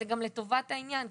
זה גם לטובת העניין,